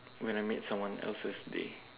when I made someone else's day